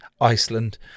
Iceland